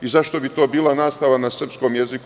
I zašto bi to bila nastava na srpskom jeziku?